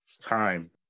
time